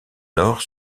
nord